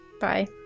Bye